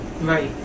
right